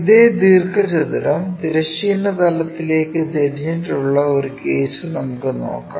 ഇതേ ദീർഘചതുരം തിരശ്ചീന തലത്തിലേക്ക് ചെരിഞ്ഞിട്ടുള്ള ഒരു കേസ് നമുക്കു നോക്കാം